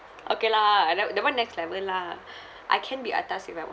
okay lah uh that that [one] next level lah I can be atas if I want